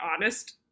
honest